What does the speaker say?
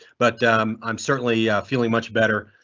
but i'm certainly feeling much better,